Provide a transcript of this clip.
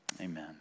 amen